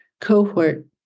cohort